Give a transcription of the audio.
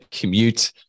commute